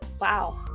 Wow